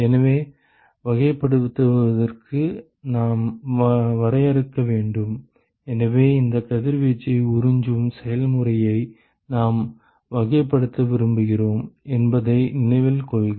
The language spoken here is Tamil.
எனவே வகைப்படுத்துவதற்கு நாம் வரையறுக்க வேண்டும் எனவே இந்த கதிர்வீச்சை உறிஞ்சும் செயல்முறையை நாம் வகைப்படுத்த விரும்புகிறோம் என்பதை நினைவில் கொள்க